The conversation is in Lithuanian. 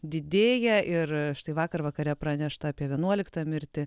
didėja ir štai vakar vakare pranešta apie vienuoliktą mirtį